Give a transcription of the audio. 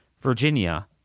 Virginia